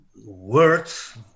words